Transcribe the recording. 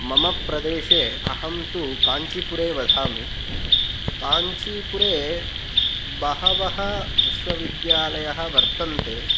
मम प्रदेशे अहं तु काञ्चीपुरे वसामि काञ्चिपुरे बहवः विश्वविद्यालयः वर्तन्ते